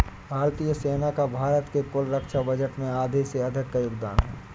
भारतीय सेना का भारत के कुल रक्षा बजट में आधे से अधिक का योगदान है